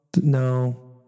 No